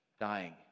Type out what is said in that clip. dying